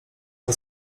ale